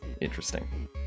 interesting